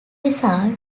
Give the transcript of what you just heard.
result